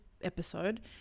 episode